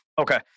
Okay